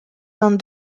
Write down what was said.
vingt